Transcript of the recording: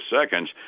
seconds